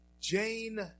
Jane